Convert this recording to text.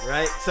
Right